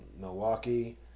Milwaukee